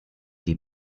die